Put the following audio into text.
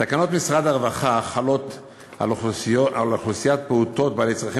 תקנות משרד הרווחה חלות על פעוטות עם צרכים